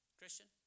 Christian